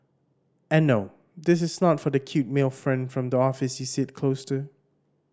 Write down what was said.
and no this is not for that cute male friend from the office you sits close to